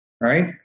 right